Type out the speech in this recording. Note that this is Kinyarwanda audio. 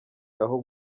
aho